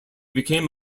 became